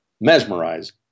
mesmerized